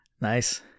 Nice